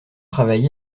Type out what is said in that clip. travaillé